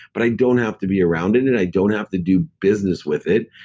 but i don't have to be around it and i don't have to do business with it.